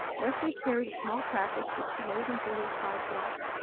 leslie carried a small package, which she laid in julia cloud's lap.